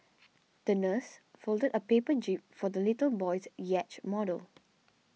the nurse folded a paper jib for the little boy's yacht model